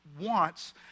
wants